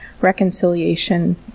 reconciliation